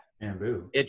Bamboo